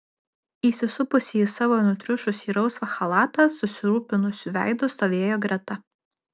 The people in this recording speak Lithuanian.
įsisupusi į savo nutriušusį rausvą chalatą susirūpinusiu veidu stovėjo greta